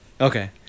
Okay